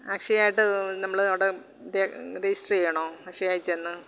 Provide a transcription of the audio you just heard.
അക്ഷയായിട്ട് നമ്മള് അവിടെ രജിസ്റ്റര് ചെയ്യണോ അക്ഷയായില് ചെന്ന്